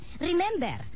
Remember